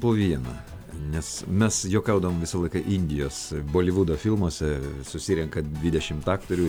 po vieną nes mes juokaudavom visą laiką indijos holivudo filmuose susirenka dvidešimt aktorių